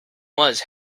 was